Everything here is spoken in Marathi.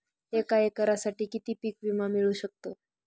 एका एकरसाठी किती पीक विमा मिळू शकतो?